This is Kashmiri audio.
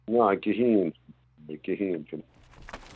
نا کِہیٖنۍ کِہیٖنۍ چھُنہٕ